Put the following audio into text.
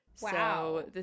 Wow